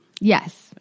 Yes